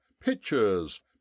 pictures